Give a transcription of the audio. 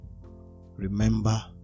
Remember